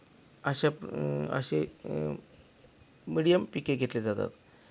अशा अशी मिडियम पिके घेतली जातात